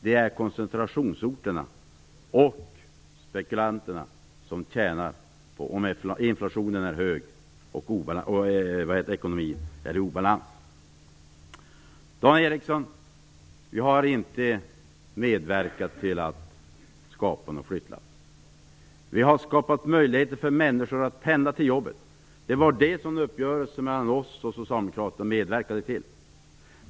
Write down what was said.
Det är koncentrationsorterna och spekulanterna som tjänar på en hög inflation och en ekonomi i obalans. Dan Ericsson, vi har inte medverkat till att skapa några flyttlass. Vi har skapat möjligheter för människor att pendla till sina jobb. Det var detta som uppgörelsen mellan oss och Socialdemokraterna medverkade till.